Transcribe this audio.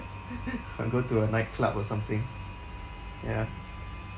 or go to a nightclub or something ya